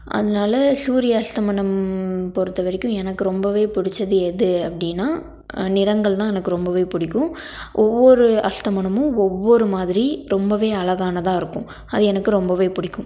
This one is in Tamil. அதனால சூரிய அஸ்தமனம் பொறுத்த வரைக்கும் எனக்கு ரொம்பவே பிடுச்சது எது அப்படின்னா நிறங்கள் தான் எனக்கு ரொம்பவே பிடிக்கும் ஒவ்வொரு அஸ்தமனமும் ஒவ்வொரு மாதிரி ரொம்பவே அழகானதா இருக்குது அது எனக்கு ரொம்பவே பிடிக்கும்